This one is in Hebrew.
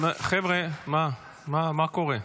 חבר'ה, מה, מה קורה?